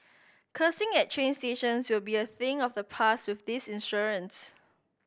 cursing at train stations will be a thing of the past with this insurance